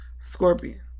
Scorpion